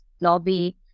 lobby